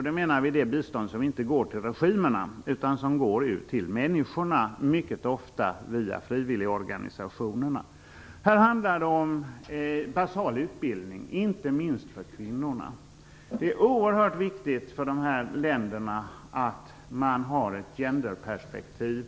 Då menar vi det bistånd som inte går till regimerna utan som går ut till människorna, mycket ofta via frivilligorganisationerna. Här handlar det om basal utbildning, inte minst för kvinnorna. Det är oerhört viktigt för dessa länder att man har ett genderperspektiv.